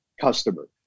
customer